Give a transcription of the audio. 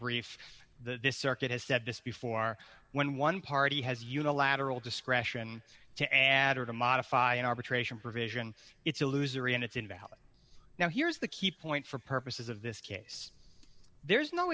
brief the circuit has said this before when one party has unilateral discretion to add or to modify an arbitration provision it's a loser in its invalid now here's the key point for purposes of this case there is no